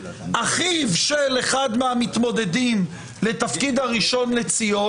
אחיו של אחד מהמתמודדים לתפקיד הראשון לציון,